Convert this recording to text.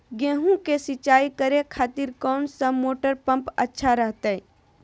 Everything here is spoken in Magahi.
गेहूं के सिंचाई करे खातिर कौन सा मोटर पंप अच्छा रहतय?